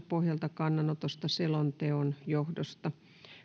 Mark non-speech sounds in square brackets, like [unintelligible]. [unintelligible] pohjalta kannanotosta selonteon johdosta